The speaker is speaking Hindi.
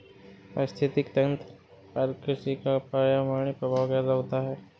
पारिस्थितिकी तंत्र पर कृषि का पर्यावरणीय प्रभाव कैसा होता है?